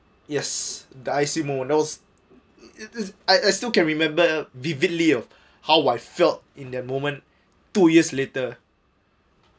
yes the I_C I I still can remember vividly of how I felt in that moment two years later